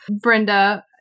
Brenda